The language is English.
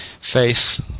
face